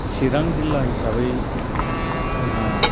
चिरां जिल्ला हिसाबै जोंहा